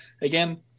again